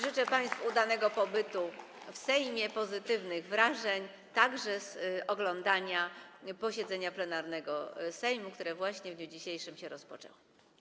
Życzę państwu udanego pobytu w Sejmie, pozytywnych wrażeń, także z oglądania posiedzenia plenarnego Sejmu, które właśnie w dniu dzisiejszym się rozpoczęło.